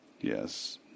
Yes